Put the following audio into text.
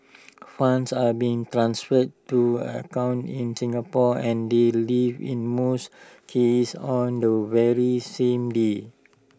funds are being transferred to accounts in Singapore and they leave in most cases on the very same day